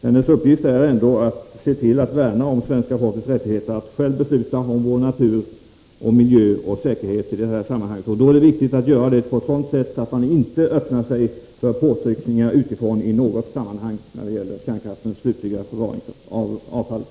Hennes uppgift är ändå att värna om det svenska folkets rättigheter att självt besluta om sin natur och miljö och säkerhet i detta sammanhang. Det är viktigt att göra detta på ett sådant sätt att man inte öppnar sig för påtryckningar utifrån i något avseende när det gäller den slutliga förvaringen av kärnkraftsavfallet.